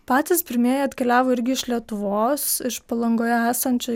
patys pirmieji atkeliavo irgi iš lietuvos iš palangoje esančio